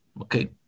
Okay